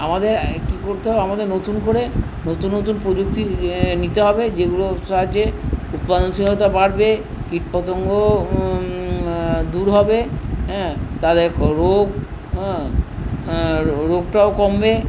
আমাদের কী করতে হবে আমাদের নতুন করে নতুন নতুন প্রযুক্তি নিতে হবে যেগুলোর সাহায্যে উৎপাদনশীলতা বাড়বে কীটপতঙ্গ দূর হবে হ্যাঁ তাদের রোগ রোগটাও কমবে